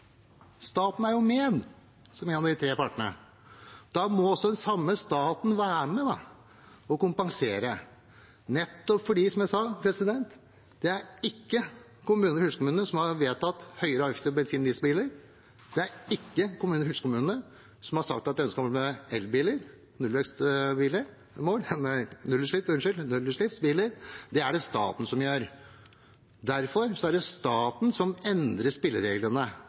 staten er jo med som en av de tre partene. Da må også den samme staten være med og kompensere, nettopp fordi – som jeg sa – det ikke er kommunene og fylkeskommunene som har vedtatt høyere avgifter på bensin- og dieselbiler. Det er ikke kommunene og fylkeskommunene som har sagt at de har ønske om elbiler og nullutslippsbiler, det er det staten som har gjort. Derfor er det staten som endrer spillereglene